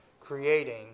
creating